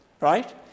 right